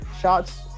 shots